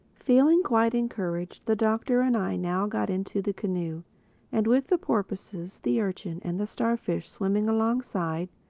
feeling quite encouraged, the doctor and i now got into the canoe and, with the porpoises, the urchin and the starfish swimming alongside,